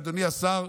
ואדוני השר,